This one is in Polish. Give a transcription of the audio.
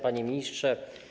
Panie Ministrze!